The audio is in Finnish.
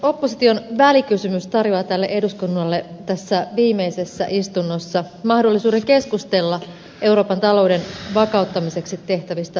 opposition välikysymys tarjoaa tälle eduskunnalle tässä viimeisessä istunnossa mahdollisuuden keskustella euroopan talouden vakauttamiseksi tehtävistä toimenpiteistä